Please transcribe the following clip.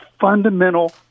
fundamental